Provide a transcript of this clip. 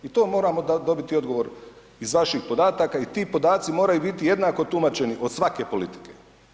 I to moramo dobiti odgovor iz vaših podataka i ti podaci moraju biti jednako tumačeni od svake politike.